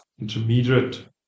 intermediate